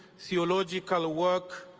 theological work,